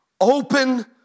Open